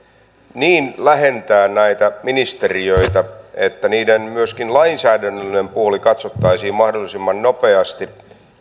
lähentää näitä ministeriöitä että myöskin niiden lainsäädännöllinen puoli katsottaisiin mahdollisimman nopeasti